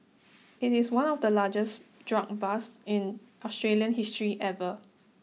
it is one of the largest drug busts in Australian history ever